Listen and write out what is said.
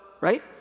right